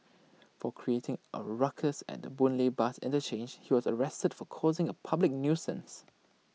for creating A ruckus at the boon lay bus interchange he was arrested for causing A public nuisance